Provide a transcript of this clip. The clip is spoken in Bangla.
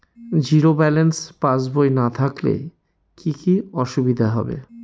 জিরো ব্যালেন্স পাসবই না থাকলে কি কী অসুবিধা হবে?